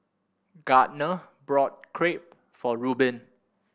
Gardner bought Crepe for Rubin